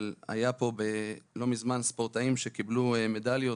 אבל היו פה לא מזמן ספורטאים שקיבלו מדליות,